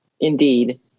Indeed